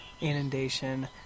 Inundation